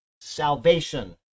salvation